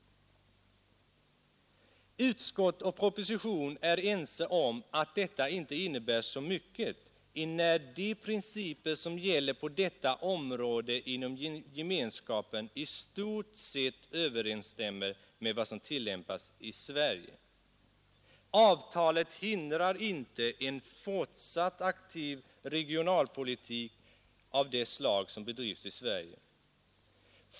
Utskott och proposition är ense om att detta inte innebär så mycket, enär ”de principer som gäller på detta område inom gemenskapen i stort sett överensstämmer med vad som tillämpas i Sverige”. Avtalet hindrar inte ”en fortsatt aktiv regionalpolitik av det slag som bedrivs i Sverige”.